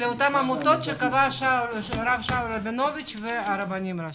לאותן עמותות שקבע הרב שמואל רבינוביץ והרבנים הראשיים.